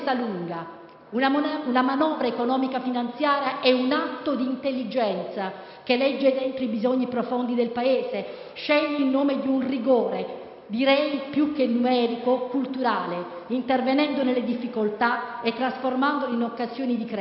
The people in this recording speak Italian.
Una manovra economico-finanziaria è un atto di intelligenza che legge dentro i bisogni profondi del Paese; sceglie in nome di un rigore direi più che numerico culturale, intervenendo nelle difficoltà e trasformandole in occasioni di crescita.